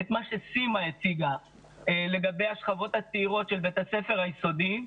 מה שסימה הציגה לגבי השכבות הצעירות של בית הספר היסודי,